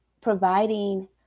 providing